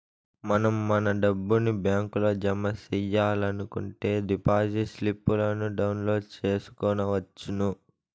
మనం మన డబ్బుని బ్యాంకులో జమ సెయ్యాలనుకుంటే డిపాజిట్ స్లిప్పులను డౌన్లోడ్ చేసుకొనవచ్చును